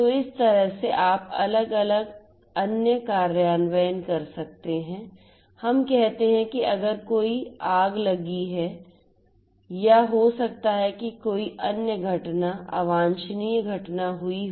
तो इस तरह से आप अलग अलग अन्य कार्यान्वयन कर सकते हैं हम कहते हैं कि अगर कोई आग लगी है या हो सकता है कि कोई अन्य घटना अवांछनीय घटना हुई हो